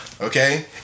Okay